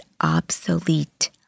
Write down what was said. obsolete